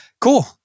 Cool